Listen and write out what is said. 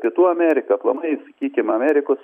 pietų ameriką aplamai sakykim amerikos